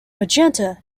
magenta